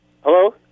Hello